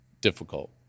difficult